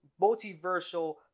multiversal